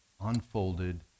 unfolded